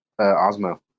osmo